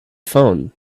phone